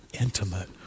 intimate